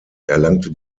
erlangte